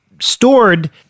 stored